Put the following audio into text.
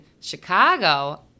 Chicago